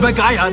but guys